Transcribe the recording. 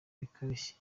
bikarishye